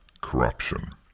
corruption